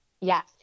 Yes